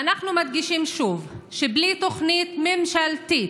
ואנחנו מדגישים שוב שבלי תוכנית ממשלתית